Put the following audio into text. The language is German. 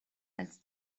als